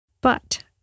But-